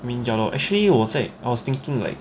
I mean ya lor actually 我在 I was thinking like